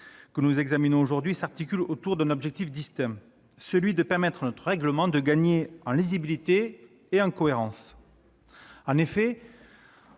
que nous examinons aujourd'hui s'articule autour d'un objectif distinct : celui de permettre à notre règlement de gagner en lisibilité et en cohérence. En effet,